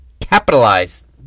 capitalize